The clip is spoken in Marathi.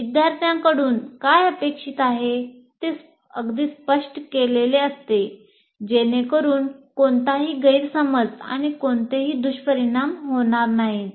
विद्यार्थ्यांकडून काय अपेक्षित आहे ते अगदी स्पष्ट केलेले असते जेणेकरून कोणताही गैरसमज आणि कोणतेही दुष्परिणाम होणार नाहीत